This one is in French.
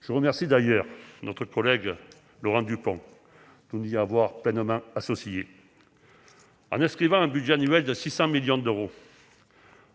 Je remercie d'ailleurs notre collègue Laurent Duplomb de nous y avoir pleinement associés. En inscrivant un budget annuel de 600 millions d'euros